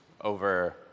over